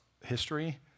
history